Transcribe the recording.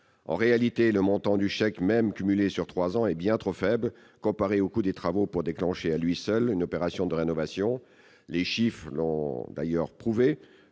En réalité, le montant du chèque, même cumulé sur trois ans, est bien trop faible comparé au coût des travaux pour déclencher, à lui seul, une opération de rénovation. Les chiffres l'ont d'ailleurs prouvé